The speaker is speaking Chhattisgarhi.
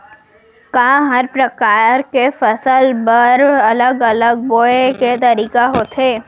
का हर प्रकार के फसल बर अलग अलग बोये के तरीका होथे?